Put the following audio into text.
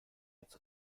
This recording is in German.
als